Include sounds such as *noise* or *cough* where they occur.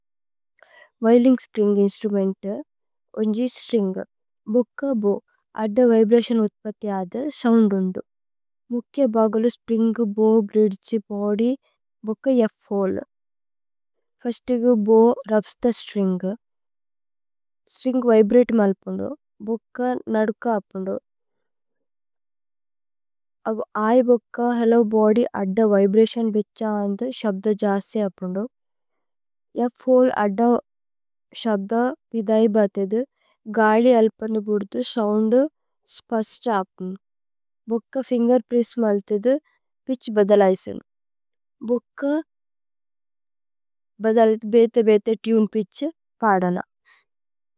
വിഓലിന്സ്പ്രിന്ഗ് instrument ഉന്ജി string ഭുക്ക bow. അദ്ദ വിബ്രതിഓന് ഉത്പതേ അദ്ദ സോഉന്ദ് ഉന്ദു മുക്കേ। ബഗലു സ്പ്രിന്ഗ് ബോ ബ്ലീദിസി ബോദി ബുക്ക ഫ് ഹോലേ। ഫിര്സ്തിഗു bow rubs the string string vibrate. മല്പുന്ദു ഭുക്ക നദുക അപ്പുന്ദു അബ് ആയി ബുക്ക। ഹേല്ലോ ബോദ്യ് അദ്ദ വിബ്രതിഓന് ബേഛ അന്ദു ശബ്ദ। ജസേ അപ്പുന്ദു ഫ് ഹോലേ അദ്ദ *hesitation* ശബ്ദ। വിദയി ബത്ഥിദു ഗാലി അല്പന്നു ബുദുഥു സോഉന്ദ്। സ്പസ്ത അപ്പുന്ദു ഭുക്ക ഫിന്ഗേര് പ്രേസ്സ് മല്ഥിദു। പിത്ഛ് ബദലൈസു ഭുക്ക *hesitation* ബദലിഥ്। ബേഥേ ബേഥേ തുനേ പിത്ഛ് പദന।